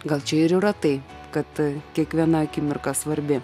gal čia ir yra tai kad kiekviena akimirka svarbi